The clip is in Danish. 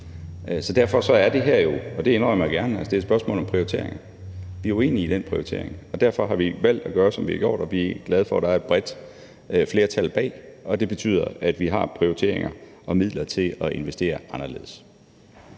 Derfor er det her jo, og det indrømmer jeg gerne, et spørgsmål om prioritering. Vi er uenige i den prioritering, og derfor har vi valgt at gøre, som vi har gjort, og vi er glade for, at der er et bredt flertal bag, og det betyder, at vi har prioriteringer og midler til at investere anderledes.